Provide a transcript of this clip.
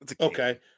Okay